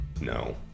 no